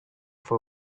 for